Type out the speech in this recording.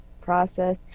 process